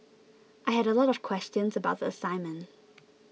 I had a lot of questions about the assignment